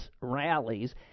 rallies